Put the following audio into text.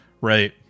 Right